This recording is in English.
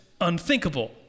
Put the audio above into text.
unthinkable